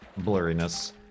blurriness